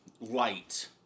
light